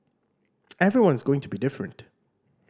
everyone is going to be different